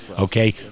okay